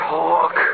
talk